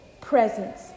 presence